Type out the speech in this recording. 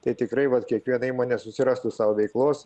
tai tikrai vat kiekviena įmonė susirastų sau veiklos